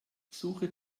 suche